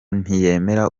ntiyemera